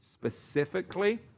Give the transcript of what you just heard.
Specifically